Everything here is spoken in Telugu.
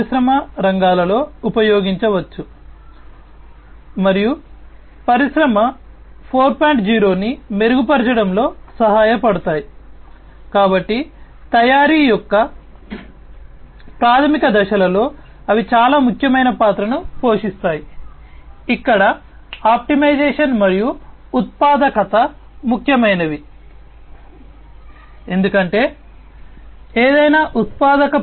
ఎందుకంటే ఏదైనా ఉత్పాదక పరిశ్రమలో ఇది ఉత్పత్తి యొక్క తయారీ ప్రక్రియల ఆప్టిమైజేషన్ ఉత్పాదకత మెరుగుదల మాత్రమే కాదు ఇవి ముఖ్యమైనవి